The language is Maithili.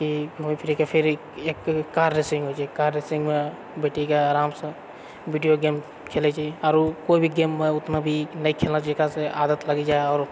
कि घुमै फिरैके फेर एक एक कार रेसिङ्ग होइत छै कार रेसिङ्गमे बैठी कऽ आरामसँ वीडियो गेम खेलैत छी आरो कोइ भी गेममे ओतना भी नहि खेलना चाहिए जकरासँ आदत लगि जाइ आओर